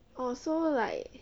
oh so like